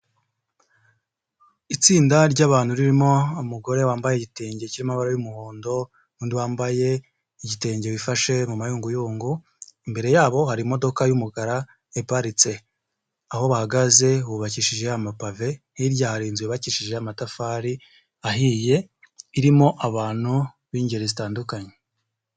Itsinda ry'abantu ririmo umugore wambaye igitenge cy'amabara y'umuhondo n'undi wambaye igitenge wifashe mu mayunguyungu imbere yabo hari imodoka y'umukara iparitse, aho bahagaze hubakishije amapave hirya hari inzu yubakashijije amatafari ahiye irimo abantu b'ingeri zitandukanye.